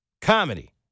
comedy